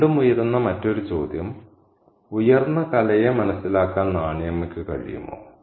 വീണ്ടും ഉയരുന്ന മറ്റൊരു ചോദ്യം ഉയർന്ന കലയെ മനസ്സിലാക്കാൻ നാണി അമ്മയ്ക്ക് കഴിയുമോ